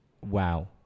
Wow